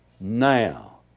Now